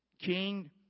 King